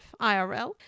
IRL